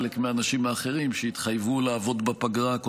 שלא כמו חלק מהאנשים האחרים שהתחייבו לעבוד בפגרה כל